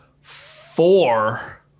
four